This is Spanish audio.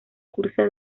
cursa